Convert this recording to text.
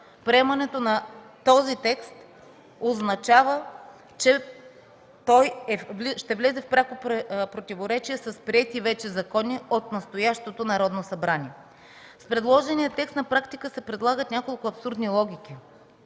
Приемането на този текст означава, че ще влезе в пряко противоречие с приети вече закони от настоящото Народно събрание. С предложения текст на практика се предлагат няколко абсурдни логики.